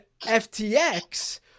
FTX